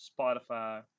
Spotify